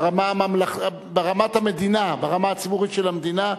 ברמה הציבורית של המדינה,